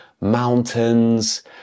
mountains